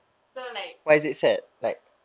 so like